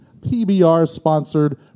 PBR-sponsored